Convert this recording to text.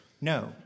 No